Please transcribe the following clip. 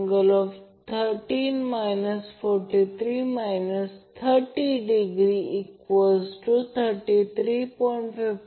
तर ∆∆ साठी line voltage phase voltage आम्ही पाहतो की आपण ते पाहतो